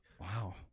Wow